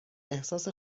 احساس